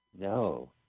No